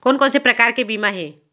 कोन कोन से प्रकार के बीमा हे?